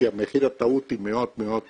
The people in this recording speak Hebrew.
כי מחיר הטעות הוא מאוד גבוה,